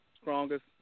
strongest